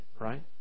right